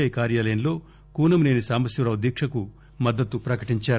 I కార్యాలయంలో కూనంసేని సాంబశివరావు దీక్షకు మద్దతు ప్రకటించారు